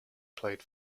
played